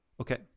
okay